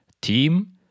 team